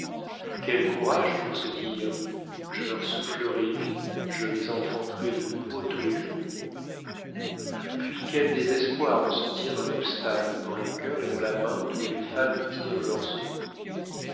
quel courage pour se dire je leur soufflerai la vie je les enfanterai de nouveau tous les jours puis quel désespoir de sentir un obstacle dans le cœur et dans la main d'où les femmes tirent leurs secours